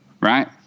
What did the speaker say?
right